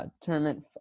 tournament